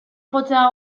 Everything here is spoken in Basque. jotzea